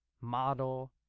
model